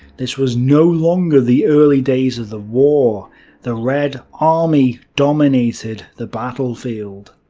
this was no longer the early days of the war the red army dominated the battlefield.